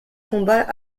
combat